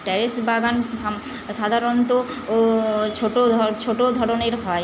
terrace বাগান সাম সাধারণত ও ছোটো ধ ছোটো ধরনের হয়